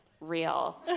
real